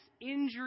injury